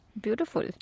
Beautiful